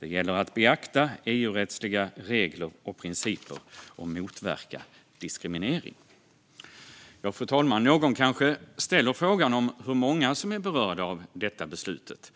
det gäller att beakta EU-rättsliga regler och principer och motverka diskriminering. Fru talman! Någon kanske ställer frågan hur många som är berörda av detta beslut.